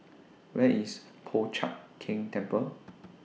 Where IS Po Chiak Keng Temple